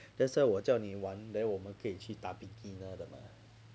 that's why 我叫你玩 then 我们可以去打 beginner 的吗